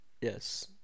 Yes